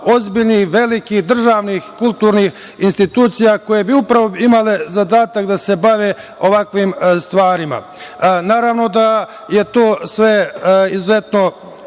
ozbiljnih, velikih, državnih kulturnih institucija, koje bi upravo imale zadatak da se bave ovakvim stvarima. Naravno da je to sve izuzetno